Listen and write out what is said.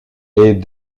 est